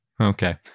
Okay